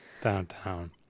downtown